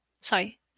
sorry